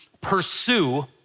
pursue